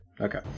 Okay